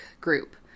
group